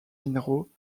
minéraux